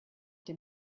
dem